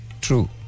True